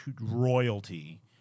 royalty